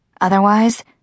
Otherwise